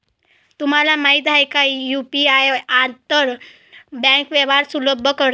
तुम्हाला माहित आहे का की यु.पी.आई आंतर बँक व्यवहार सुलभ करते?